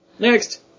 Next